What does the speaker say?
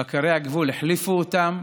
בקרי הגבול החליפו אותם,